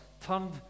turned